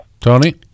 Tony